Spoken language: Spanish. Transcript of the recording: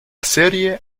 serie